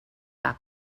that